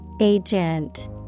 Agent